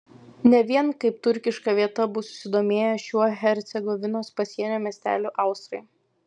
ne vien kaip turkiška vieta bus susidomėję šiuo hercegovinos pasienio miesteliu austrai